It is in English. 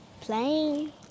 Playing